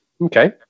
okay